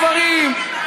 גברים,